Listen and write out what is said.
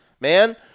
man